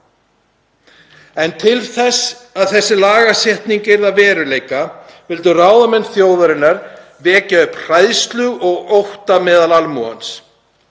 út. Til þess að þessi lagasetning yrði að veruleika vildu ráðamenn þjóðarinnar vekja upp hræðslu og ótta meðal almúgans.